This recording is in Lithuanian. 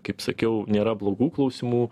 kaip sakiau nėra blogų klausimų